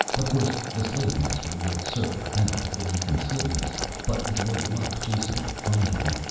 of course the slave master would circle about before he concealed himself, but with a little luck jason would find him.